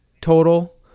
total